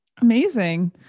Amazing